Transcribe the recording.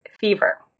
Fever